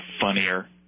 funnier